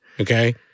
Okay